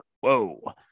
whoa